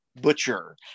butcher